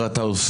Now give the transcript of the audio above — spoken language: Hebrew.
ואתה יודע